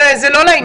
וזה לא לעניין.